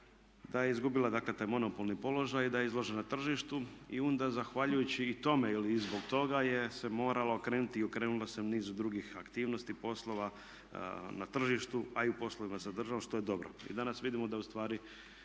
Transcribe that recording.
da je izgubila dakle taj monopolni položaj i da je izložena tržištu i onda zahvaljujući i tome ili i zbog toga se morala okrenuti i okrenula se nizu drugih aktivnosti, poslova na tržištu, a i u poslovima za državu što je dobro. I danas vidimo da u stvari